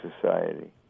society